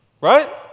Right